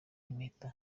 impeta